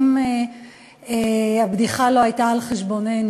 שאם הבדיחה לא הייתה על חשבוננו,